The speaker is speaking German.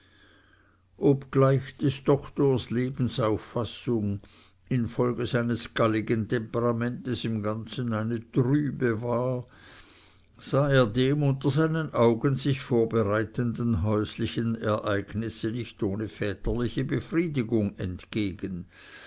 obgleich des doktors lebensauffassung infolge seines galligen temperamentes im ganzen eine trübe war sah er dem unter seinen augen sich vorbereitenden häuslichen ereignisse nicht ohne väterliche befriedigung entgegen